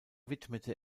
widmete